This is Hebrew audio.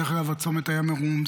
דרך אגב, הצומת היה מרומזר.